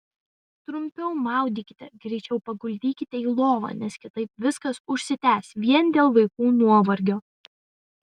trumpiau maudykite greičiau paguldykite į lovą nes kitaip viskas užsitęs vien dėl vaikų nuovargio